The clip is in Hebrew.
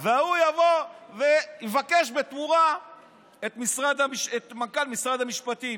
וההוא יבקש בתמורה את מנכ"ל משרד המשפטים.